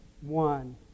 one